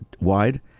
wide